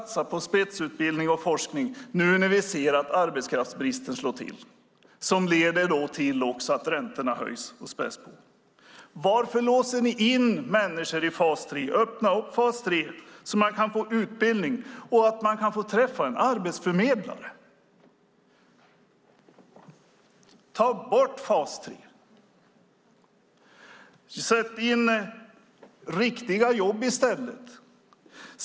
Satsa på spetsutbildning och forskning nu när vi ser att arbetskraftsbristen slår till och också leder till att räntorna höjs. Varför låser ni in människor i fas 3? Öppna upp fas 3 så att de människorna kan få utbildning och kan få träffa en arbetsförmedlare. Ta bort fas 3! Sätt in riktiga jobb i stället!